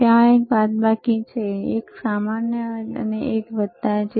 ત્યાં એક બાદબાકી એક સામાન્ય અને એક વત્તા છે